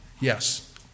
Yes